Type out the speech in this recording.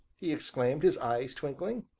he exclaimed, his eyes twinkling.